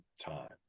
time